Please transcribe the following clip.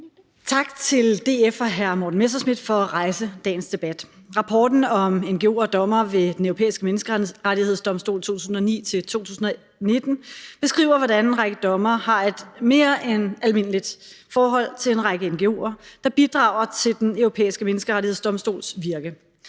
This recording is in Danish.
Tak til DF og hr. Morten Messerschmidt for at rejse dagens debat. Rapporten om ngo'er og dommere ved Den Europæiske Menneskerettighedsdomstol 2009-2019 beskriver, hvordan en række dommere har et mere end almindeligt forhold til en række ngo'er, der bidrager til Den Europæiske Menneskerettighedsdomstols virke.